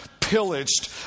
pillaged